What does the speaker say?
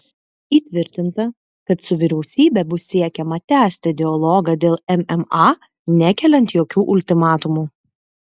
įtvirtinta kad su vyriausybe bus siekiama tęsti dialogą dėl mma nekeliant jokių ultimatumų